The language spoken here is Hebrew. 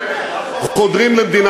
(חבר הכנסת עפו אגבאריה יוצא מאולם המליאה.) זה לא נכון.